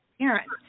parents